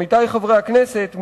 עמיתי חברי הכנסת,